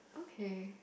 okay